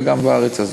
וגם בארץ הזאת.